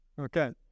Okay